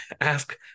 ask